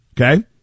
Okay